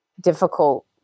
difficult